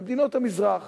במדינות המזרח